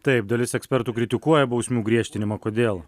taip dalis ekspertų kritikuoja bausmių griežtinimą kodėl